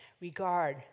regard